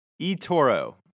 eToro